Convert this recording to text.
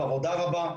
עבודה רבה,